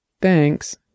Thanks